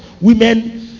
Women